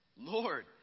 Lord